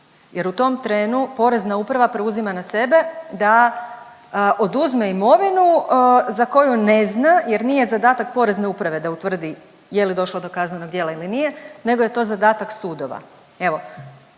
jer u tom trenu Porezna uprava preuzima na sebe da oduzme imovinu za koju ne zna, jer nije zadatak Porezne uprave da utvrdi je li došlo do kaznenog djela ili nije nego je to zadatak sudova.